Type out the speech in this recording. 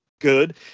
good